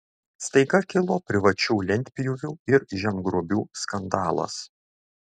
staiga kilo privačių lentpjūvių ir žemgrobių skandalas